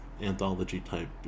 anthology-type